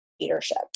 leadership